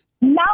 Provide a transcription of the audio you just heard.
Now